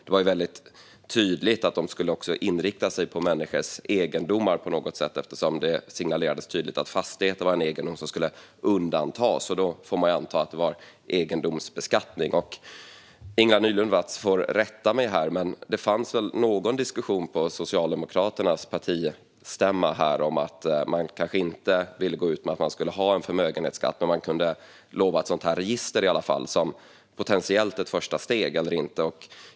Det var tydligt att de skulle inrikta sig på människors egendomar på något sätt, eftersom det signalerades tydligt att fastigheter var en egendom som skulle undantas. Då får man anta att det var egendomsbeskattning. Ingela Nylund Watz får rätta mig om jag har fel. Men det fanns väl en diskussion på Socialdemokraternas partikongress om att man kanske inte ville gå ut med att man skulle ha en förmögenhetsskatt men i alla fall kunde lova ett sådant här register som ett potentiellt första steg?